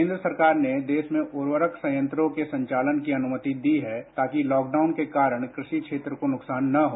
केंद्र सरकार ने देश में उर्वरक संयंत्रों के चालन की अनुमति दी है ताकि लॉकडाउन के कारण कृषि क्षेत्र को नुकसान न हो